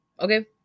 Okay